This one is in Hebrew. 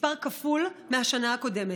מספר כפול מהשנה הקודמת.